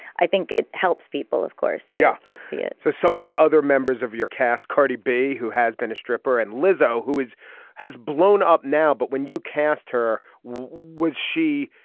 i think it helps people of course yeah to see it so some of the other members of your cast cardi b who has been a stripper and lizza who is has blown up now. but when you cast her would she.